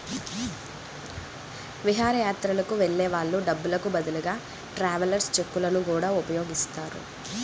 విహారయాత్రలకు వెళ్ళే వాళ్ళు డబ్బులకు బదులుగా ట్రావెలర్స్ చెక్కులను గూడా ఉపయోగిస్తారు